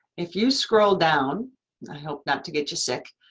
if you scroll down i hope not to get you sick,